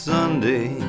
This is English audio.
Sunday